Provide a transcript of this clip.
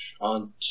on